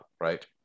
right